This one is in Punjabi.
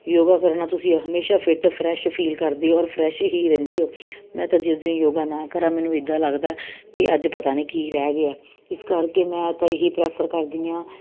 ਯੋਗਾ ਕਰਨ ਨਾਲ ਤੁਸੀਂ ਹਮੇਸ਼ਾ ਫਿਟ ਫਰੈਸ਼ ਫੀਲ ਕਰਦੇ ਹੋ ਔਰ ਫਰੈਸ਼ ਹੀ ਰਹਿੰਦੇ ਹੋ ਮੈਂ ਤਾਂ ਜਿਸ ਦਿਨ ਯੋਗਾ ਨਾ ਕਰਾਂ ਮੈਨੂੰ ਇੱਦਾਂ ਲੱਗਦਾ ਕਿ ਅੱਜ ਪਤਾ ਨਹੀਂ ਕੀ ਰਹਿ ਗਿਆ ਇਸ ਕਰਕੇ ਮੈਂ ਤਾਂ ਇਹੀ ਪ੍ਰੈਫਰ ਕਰਦੀ ਹਾਂ